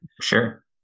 Sure